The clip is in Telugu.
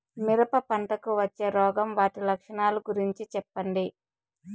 మిరప పంటకు వచ్చే రోగం వాటి లక్షణాలు గురించి చెప్పండి?